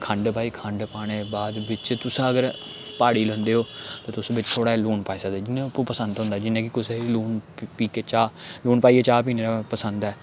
खंड पाई खंड पाने दे बाद बिच्च तुसें अगर प्हाड़ी लैंदे ओ ते तुस बिच्च थोह्ड़ा जेहा लून पाई सकदे जि'यां पसंद होंदा जि'यां कि कुसै गी लून पी के चाह् लून पाइयै चाह् पीने दा पसंद ऐ